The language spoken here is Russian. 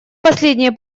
последние